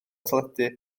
teledu